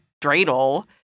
dreidel